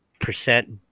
percent